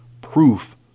proof